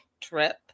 trip